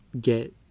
get